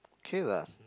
K lah